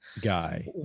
guy